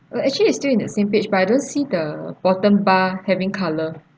uh actually it's still in the same page but I don't see the bottom bar having colour